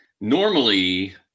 normally